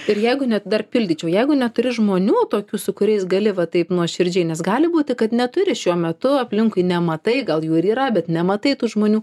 ir jeigu net dar pildyčiau jeigu neturi žmonių tokių su kuriais gali va taip nuoširdžiai nes gali būti kad neturi šiuo metu aplinkui nematai gal jų yra bet nematai tų žmonių